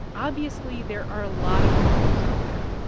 obviously there are a lot of models out there.